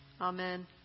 Amen